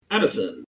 Addison